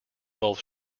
both